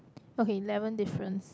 okay eleven difference